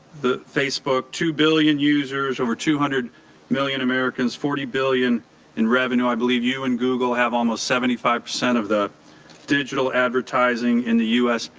facebook, two billion users, over two hundred million americans, forty billion in revenue i believe you and google have almost seventy five percent of the digital advertising in the u s.